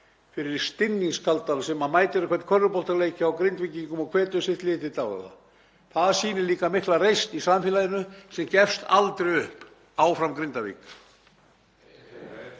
fyrir Stinningskalda sem mætir á hvern körfuboltaleik hjá Grindvíkingum og hvetur sitt lið til dáða. Það sýnir líka mikla reisn í samfélaginu sem gefst aldrei upp. Áfram Grindavík.